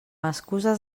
excuses